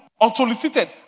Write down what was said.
unsolicited